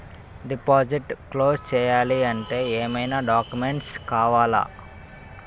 Deposit close చేయాలి అంటే ఏమైనా డాక్యుమెంట్స్ కావాలా?